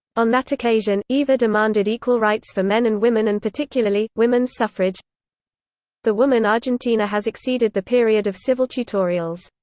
on that occasion, eva demanded equal rights for men and women and particularly, women's women's suffrage the woman argentina has exceeded the period of civil tutorials.